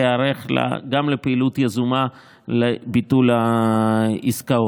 להיערך גם לפעילות יזומה לביטול העסקאות.